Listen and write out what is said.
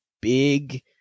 big